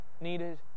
needed